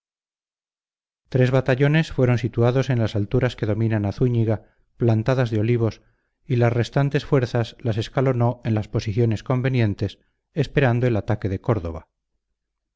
tres batallones fueron situados en las alturas que dominan a zúñiga plantadas de olivos y las restantes fuerzas las escalonó en las posiciones convenientes esperando el ataque de córdoba